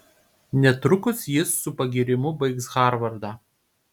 netrukus jis su pagyrimu baigs harvardą